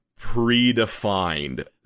predefined